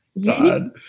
God